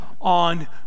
on